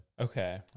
Okay